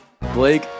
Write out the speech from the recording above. Blake